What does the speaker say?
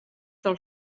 del